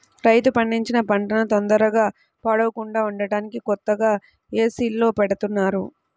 రైతు పండించిన పంటన తొందరగా పాడవకుండా ఉంటానికి కొత్తగా ఏసీల్లో బెడతన్నారుగా